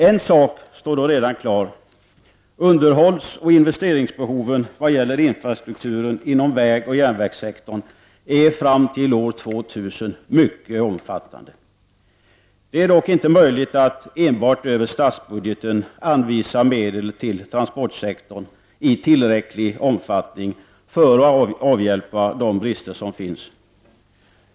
En sak står då redan klar: Underhållsoch investeringsbehoven i vad gäller infrastrukturen inom vägoch järnvägssektorn är fram till år 2000 mycket omfattande. Det är dock inte möjligt att enbart över statsbudgeten anvisa medel till transportsektorn i tillräcklig omfattning för att avhjälpa de brister som finns.